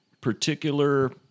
particular